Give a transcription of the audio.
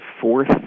fourth